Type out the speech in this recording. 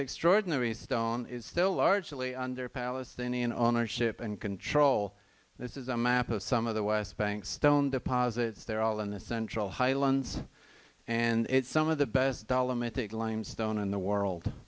extraordinary stone is still largely under palestinian ownership and control this is a map of some of the west bank stone deposits they're all in the central highlands and it's some of the best dollar mythic limestone in the world